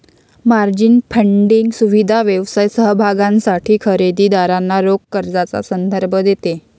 margin funding सुविधा व्यवसाय समभागांसाठी खरेदी दारांना रोख कर्जाचा संदर्भ देते